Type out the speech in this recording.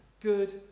good